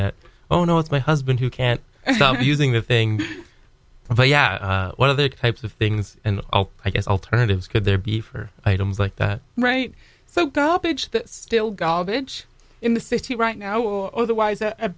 that oh no it's my husband who can't be using the thing for yeah one of the types of things and i guess alternatives could there be for items like that right so garbage that still garbage in the city right now or othe